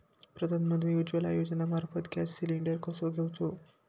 प्रधानमंत्री उज्वला योजनेमार्फत gas cylinder कसो घेऊचो?